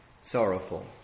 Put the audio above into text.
sorrowful